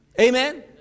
Amen